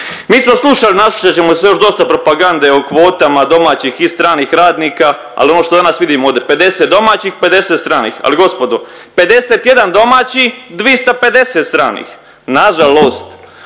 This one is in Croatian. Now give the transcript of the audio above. Mi smo slušali i naslušat ćemo se još dosta propagande o kvotama domaćih i stranih radnika, ali ono što danas vidimo ovdje 50 domaćih, 50 stranih, ali gospodo 51 domaći 250 stranih, nažalost